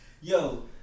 Yo